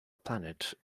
planet